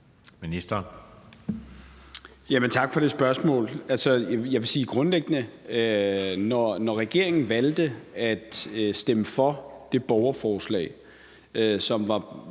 Tak for det spørgsmål. Jeg vil sige, at det grundlæggende er sådan, at når regeringen valgte at stemme for det borgerforslag, som var